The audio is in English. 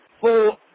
full